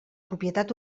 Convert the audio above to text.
propietat